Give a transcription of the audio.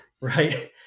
right